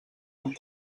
amb